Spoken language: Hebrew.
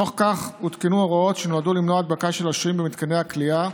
בתוך כך הותקנו הוראות שנועדו למנוע הדבקה של השוהים במתקני הכליאה,